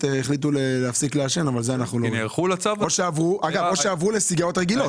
החליטו להפסיק לעשן, או שהם עברו לסיגריות רגילות.